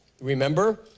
Remember